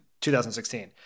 2016